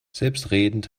selbstredend